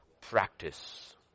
practice